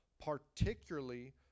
particularly